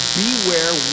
beware